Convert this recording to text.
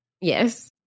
Yes